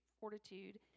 fortitude